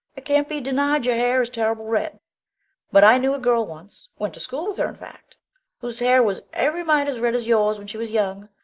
it can't be denied your hair is terrible red but i knew a girl once went to school with her, in fact whose hair was every mite as red as yours when she was young,